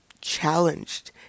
challenged